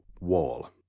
wall